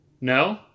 No